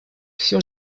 все